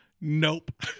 Nope